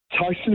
Tyson